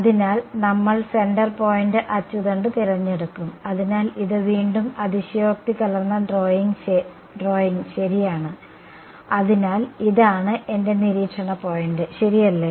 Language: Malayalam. അതിനാൽ നമ്മൾ സെന്റർ പോയിന്റ് അച്ചുതണ്ട് തിരഞ്ഞെടുക്കും അതിനാൽ ഇത് വീണ്ടും അതിശയോക്തി കലർന്ന ഡ്രോയിംഗ് ശരിയാണ് അതിനാൽ ഇതാണ് എന്റെ നിരീക്ഷണ പോയിന്റ് ശരിയല്ലേ